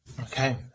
Okay